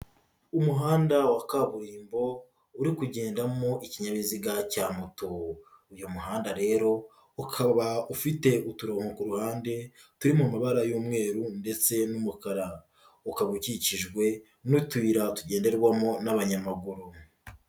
Umuhanda wa kaburimbo uri kugendamo ikinyabiziga cya moto. Uyu muhanda rero ukaba ufite uturongo ku ruhande turi mu mabara y'umweru ndetse n'umukara. Ukaba ukikijwe n'utuyira tugenderwamo n'abanyamaguru.